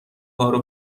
کارو